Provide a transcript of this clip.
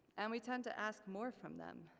and we tend to ask more from them,